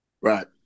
Right